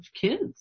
kids